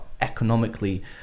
economically